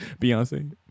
Beyonce